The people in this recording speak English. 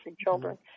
Children